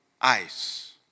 ice